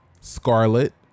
Scarlet